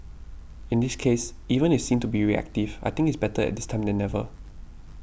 in this case even if seen to be reactive I think it's better at this time than never